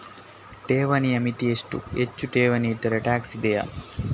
ಠೇವಣಿಯ ಮಿತಿ ಎಷ್ಟು, ಹೆಚ್ಚು ಠೇವಣಿ ಇಟ್ಟರೆ ಟ್ಯಾಕ್ಸ್ ಇದೆಯಾ?